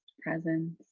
presence